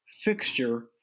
fixture